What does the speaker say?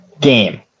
game